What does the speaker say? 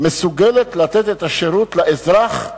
מסוגלת לתת את השירות המתבקש לאזרח,